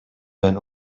went